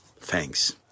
Thanks